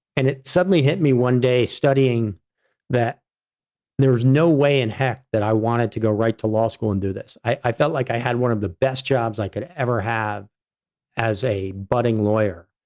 and it suddenly hit me one day studying that there was no way in heck that i wanted to go right to law school and do this. i i felt like i had one of the best jobs i could ever have as a budding lawyer,